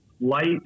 light